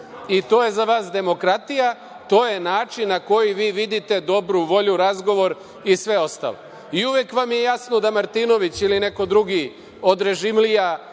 I to je za vas demokratija? To je način na koji vi vidite dobru volju, razgovor i sve ostalo i uvek vam je jasno da Martinović ili neko drugi od režimlija